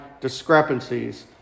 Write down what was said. discrepancies